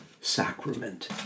sacrament